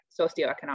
socioeconomic